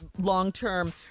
long-term